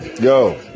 yo